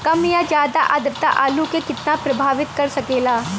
कम या ज्यादा आद्रता आलू के कितना प्रभावित कर सकेला?